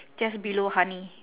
just below honey